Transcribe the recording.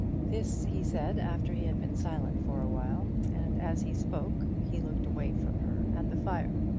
this he said after he had been silent for a while and as he spoke he looked away from her at the fire.